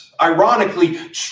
ironically